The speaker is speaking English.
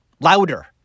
louder